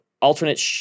alternate